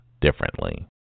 differently